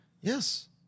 Yes